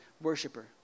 worshiper